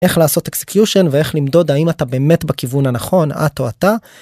איך לעשות אקסקיושן ואיך למדוד האם אתה באמת בכיוון הנכון את או אתה.